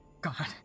God